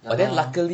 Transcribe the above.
orh